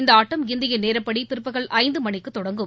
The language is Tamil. இந்த ஆட்டம் இந்திய நேரப்படி பிற்பகல் ஐந்து மணிக்கு தொடங்கும்